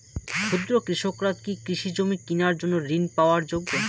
ক্ষুদ্র কৃষকরা কি কৃষিজমি কিনার জন্য ঋণ পাওয়ার যোগ্য?